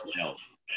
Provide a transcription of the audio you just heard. else